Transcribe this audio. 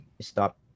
stop